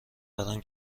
ورم